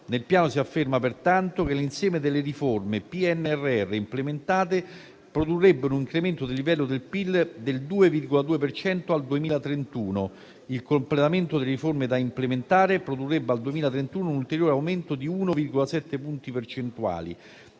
Nel Piano si afferma pertanto che l'insieme delle riforme PNRR implementate produrrebbe un incremento del livello del PIL del 2,2 per cento al 2031; il completamento delle riforme da implementare produrrebbe al 2031 un ulteriore aumento di 1,7 punti percentuali;